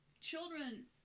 children